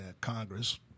Congress